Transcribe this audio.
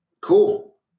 Cool